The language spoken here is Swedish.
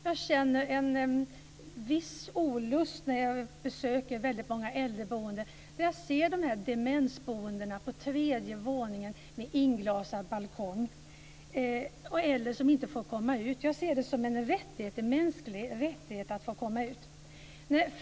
Jag känner en viss olust när jag besöker många äldreboenden, när jag ser demensboenden på tredje våningen med inglasad balkong och äldre som inte får komma ut. Jag ser det som en mänsklig rättighet att få komma ut.